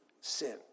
sin